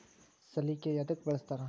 ಸಲಿಕೆ ಯದಕ್ ಬಳಸ್ತಾರ?